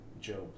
Job